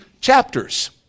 chapters